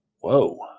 Whoa